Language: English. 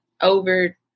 over